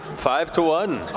five to one.